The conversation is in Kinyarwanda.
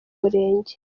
murenge